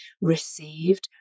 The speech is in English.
received